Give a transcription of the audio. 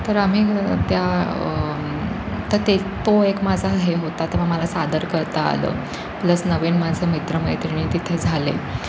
तर आम्ही त्या तर ते तो एक माझा हे होता तेव्हा मला सादर करता आलं प्लस नवीन माझं मित्र मैत्रिणी तिथे झाले